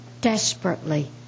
desperately